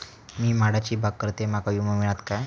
मी माडाची बाग करतंय माका विमो मिळात काय?